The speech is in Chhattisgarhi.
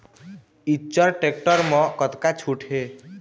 इच्चर टेक्टर म कतका छूट हे?